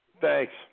Thanks